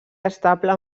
estable